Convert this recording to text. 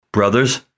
Brothers